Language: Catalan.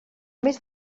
més